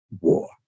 war